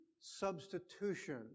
substitution